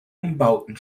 umbauten